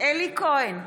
אלי כהן,